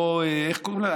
לא, איך קוראים להם?